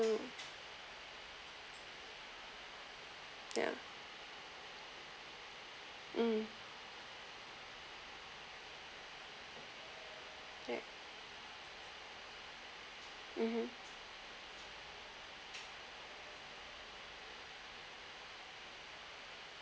mm ya mm yeah mmhmm